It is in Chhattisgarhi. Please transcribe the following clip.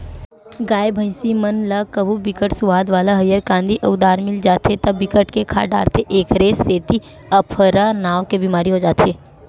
गाय, भइसी मन ल कभू बिकट सुवाद वाला हरियर कांदी अउ दार मिल जाथे त बिकट के खा डारथे एखरे सेती अफरा नांव के बेमारी हो जाथे